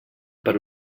per